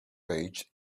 page